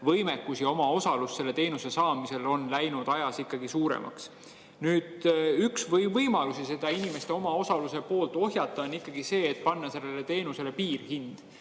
inimeste omaosalus selle teenuse saamisel on läinud ajas ikkagi suuremaks. Üks võimalusi seda inimeste omaosaluse poolt ohjata on ikkagi see, et panna sellele teenusele piirhind.